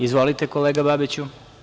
Izvolite, kolega Babiću.